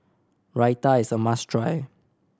raita is a must try